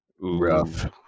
rough